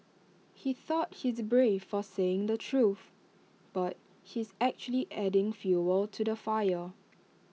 he thought he's brave for saying the truth but he's actually adding fuel to the fire